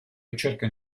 ricerca